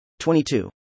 22